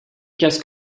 casque